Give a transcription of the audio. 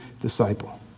disciple